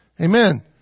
Amen